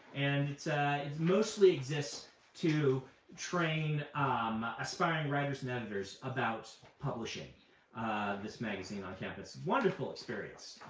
and it mostly exists to train um aspiring writers and editors about publishing this magazine on campus. wonderful experience.